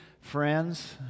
friends